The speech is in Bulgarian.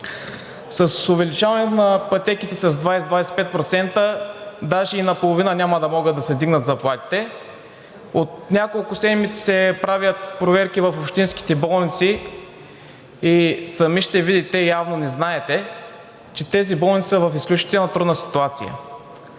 С увеличаването на пътеките с 20 – 25% даже и наполовина няма да могат да се вдигнат заплатите. От няколко седмици се правят проверки в общинските болници и сами ще видите, явно не знаете, че тези болници са в изключително трудна ситуация.